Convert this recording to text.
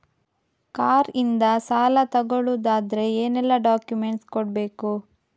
Car ಇಂದ ಸಾಲ ತಗೊಳುದಾದ್ರೆ ಏನೆಲ್ಲ ಡಾಕ್ಯುಮೆಂಟ್ಸ್ ಕೊಡ್ಬೇಕು?